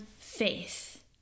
faith